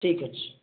ଠିକ୍ ଅଛି